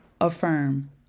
affirm